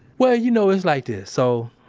well, you know, it's like this. so.